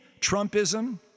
Trumpism